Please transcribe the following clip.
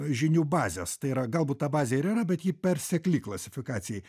žinių bazės tai yra galbūt ta bazė ir yra bet ji per sekli klasifikacijai